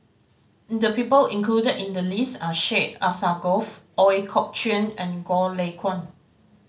the people included in the list are Syed Alsagoff Ooi Kok Chuen and Goh Lay Kuan